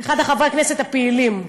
הוא אחד מחברי הכנסת הפעילים.